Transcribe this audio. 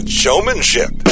showmanship